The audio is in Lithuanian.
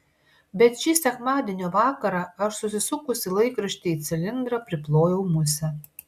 bet šį sekmadienio vakarą aš susukusi laikraštį į cilindrą priplojau musę